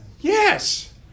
Yes